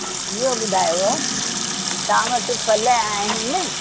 ॿियो तव्हां वटि फल आहिनि